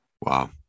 Wow